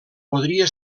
podria